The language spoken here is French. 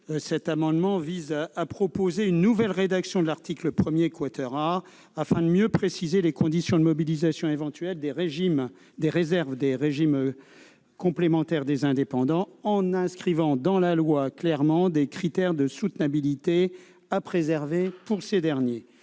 est meilleur ! Nous proposons une nouvelle rédaction de l'article 1 AA, afin de mieux préciser les conditions de mobilisation éventuelle des réserves des régimes complémentaires des indépendants en inscrivant dans la loi clairement des critères de soutenabilité à préserver pour ces derniers.